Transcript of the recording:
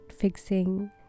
fixing